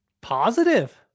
Positive